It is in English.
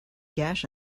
gash